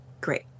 Great